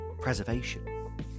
preservation